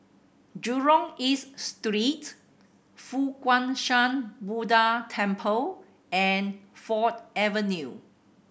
Jurong East Street Fo Guang Shan Buddha Temple and Ford Avenue